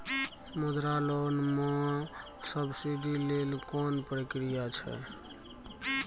मुद्रा लोन म सब्सिडी लेल कोन प्रक्रिया छै?